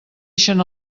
ixen